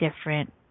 different